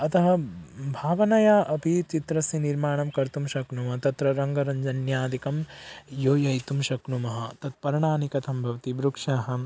अतः भावनया अपि चित्रस्य निर्माणं कर्तुं शक्नुमः तत्र रङ्गरञ्जनादिकं योजयितुं शक्नुमः तत् पर्णानि कथं भवति वृक्षः